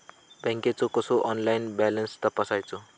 बँकेचो कसो online balance तपासायचो?